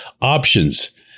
options